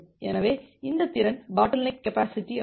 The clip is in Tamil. எனவே இந்த திறன் பாட்டில்நெக் கெப்பாசிட்டி ஆகும்